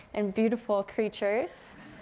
and beautiful, creatures.